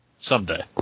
Someday